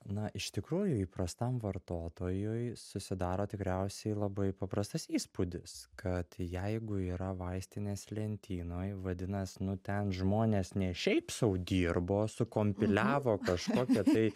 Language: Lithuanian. na iš tikrųjų įprastam vartotojui susidaro tikriausiai labai paprastas įspūdis kad jeigu yra vaistinės lentynoj vadinas nu ten žmonės ne šiaip sau dirbo sukompiliavo kažkokią tai